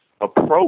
approach